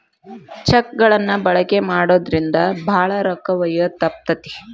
check ಗಳನ್ನ ಬಳಕೆ ಮಾಡೋದ್ರಿಂದ ಭಾಳ ರೊಕ್ಕ ಒಯ್ಯೋದ ತಪ್ತತಿ